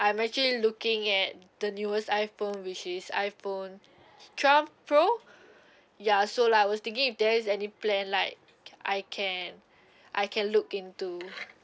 I'm actually looking at the newest iphone which is iphone twelve pro ya so like I was thinking if there is any plan like I can I can look into